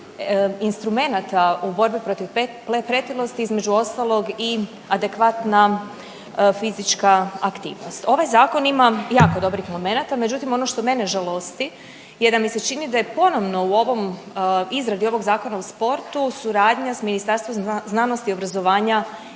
instrumenata u borbi protiv pretilosti je između ostalog i adekvatna fizička aktivnost. Ovaj Zakon ima jako dobrih momenata, međutim, ono što mene žalosti je da mi se čini da je ponovno u ovom, izradi ovog Zakona o sportu suradnja s Ministarstvom znanosti i obrazovanja